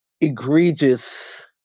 egregious